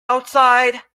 outside